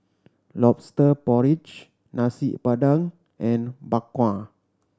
Lobster Porridge Nasi Padang and Bak Kwa